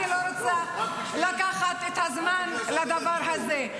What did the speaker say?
אני לא רוצה לקחת את הזמן לדבר הזה.